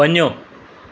वञो